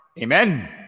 Amen